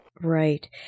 Right